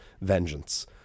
vengeance